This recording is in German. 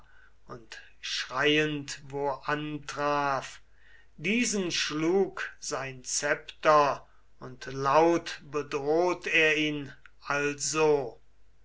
und schreiend wo antraf diesen schlug sein scepter und laut bedroht er ihn also